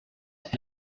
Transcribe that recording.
and